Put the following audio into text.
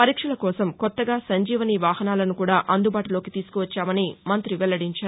పరీక్షల కోసం కొత్తగా సంజీవని వాహనాలను కూడా అందుబాటులోకి తీసుకువచ్చామని మంత్రి వెల్లడించారు